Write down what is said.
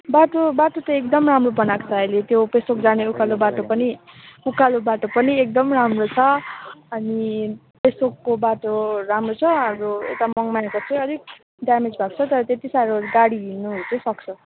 बाटो बाटो त एकदम राम्रो बनाएको छ अहिले त्यो पेसोक जाने उकालो बाटो पनि उकालो बाटो पनि एकदम राम्रो छ अनि पेसोकको बाटो राम्रो छ अरू यता मङमायाको चाहिँ अलिक डेमेज भएको छ तर त्यति साह्रो गाडी हिँँड्नुहरू चाहिँ सक्छ